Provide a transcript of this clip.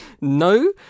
No